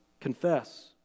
Confess